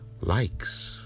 likes